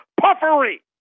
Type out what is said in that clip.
Puffery